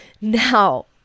Now